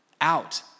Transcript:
out